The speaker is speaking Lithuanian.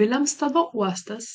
vilemstado uostas